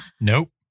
Nope